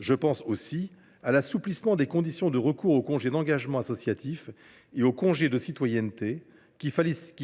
En outre, l’assouplissement des conditions de recours au congé d’engagement associatif et au congé de citoyenneté